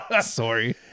sorry